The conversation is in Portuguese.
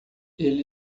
ele